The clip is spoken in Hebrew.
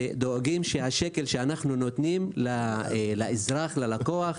שדואגים שהשקל שאנחנו נותנים לאזרח, ללקוח,